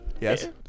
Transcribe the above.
Yes